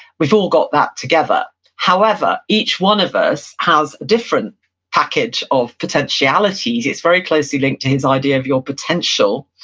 we've all got that together however, each one of us has a different package of potentialities, it's very closely linked to his idea of your potential.